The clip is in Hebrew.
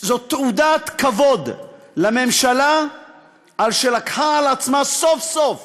זו תעודת כבוד לממשלה על שלקחה על עצמה סוף-סוף